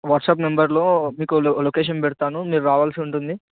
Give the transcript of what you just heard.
WhatsApp నెంబర్లో మీకు లొ లొకేషన్ పెడతాను మీరు రావాల్సి ఉంటుంది